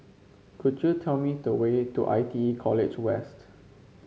could you tell me the way to I T E College West